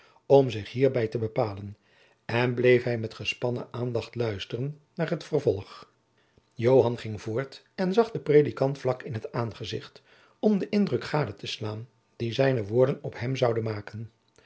om zich hierbij te bepalen en bleef hij met gejacob van lennep de pleegzoon spannen aandacht luisteren naar het vervolg joan ging voort en zag den predikant vlak in t aangezicht om den indruk gade te slaan die zijne woorden op hem zouden maken